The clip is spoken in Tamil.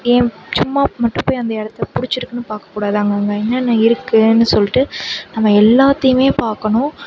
ஏன் சும்மா மட்டும் போய் அந்த இடத்த பிடிச்சசிருக்குனு பார்க்க கூடாது அங்கங்கே என்னென்ன இருக்குதுனு சொல்லிட்டு நம்ம எல்லாத்தையுமே பார்க்கணும்